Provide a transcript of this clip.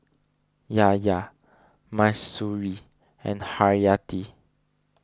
Yahya Mahsuri and Haryati